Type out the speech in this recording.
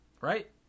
Right